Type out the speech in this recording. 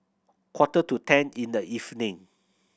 quarter to ten in the evening